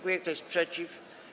Kto jest przeciw?